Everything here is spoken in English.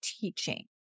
teaching